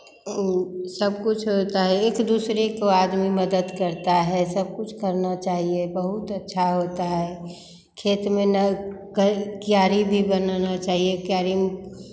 सब कुछ होता है एक दूसरे को आदमी मदद करता है सब कुछ करना चाहिये बहुत अच्छा होता है खेत में ना क्यारी भी बनाना चाहिये क्यारी में